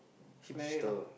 she married lah